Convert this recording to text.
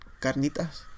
carnitas